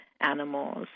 animals